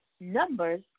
numbers